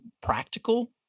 practical